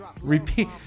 Repeat